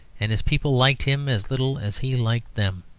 and his people liked him as little as he liked them.